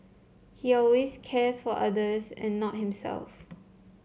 he always cares for others and not himself